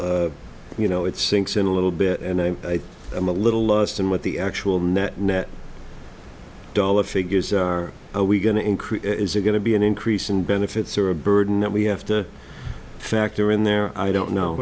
till you know it sinks in a little bit and i am a little lost in what the actual net net dollar figures are we going to increase is it going to be an increase in benefits or a burden that we have to factor in there i don't know